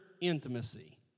intimacy